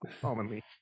commonly